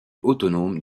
autonome